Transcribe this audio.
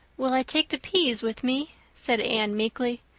will i take the peas with me? said anne meekly.